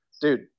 dude